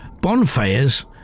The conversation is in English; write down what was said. Bonfires